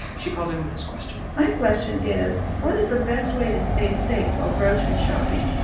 she called in with this question my question is, what is the best way to stay safe while grocery shopping?